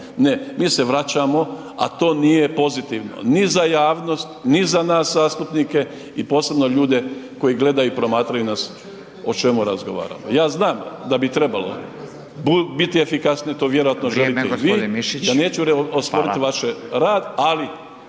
Ne, mi se vraćamo a to nije pozitivno ni za javnost ni za nas zastupnike i posebno ljude koji gledaju i promatraju nas o čemu razgovaramo. Ja znam da bi trebalo biti efikasniji, to vjerovatno želite i vi,… …/Upadica Radin: